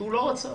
שלא רצה.